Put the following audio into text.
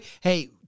Hey